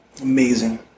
Amazing